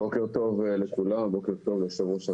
בוקר טוב לכולם, בוקר טוב ליושב-ראש הוועדה.